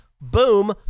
Boom